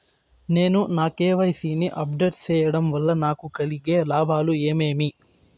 నేను నా కె.వై.సి ని అప్ డేట్ సేయడం వల్ల నాకు కలిగే లాభాలు ఏమేమీ?